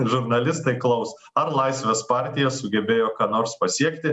žurnalistai klaus ar laisvės partija sugebėjo ką nors pasiekti